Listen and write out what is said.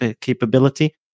capability